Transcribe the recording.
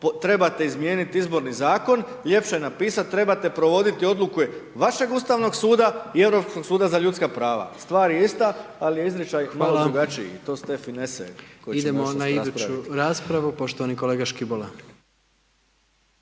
trebate izmijeniti izborni zakon, ljepše je napisati trebate provoditi odluke vašeg Ustavnog suda i Europskog suda za ljudska prava, stvar je ista, ali je izričaj malo drugačiji, i to su te finese koje